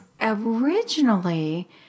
originally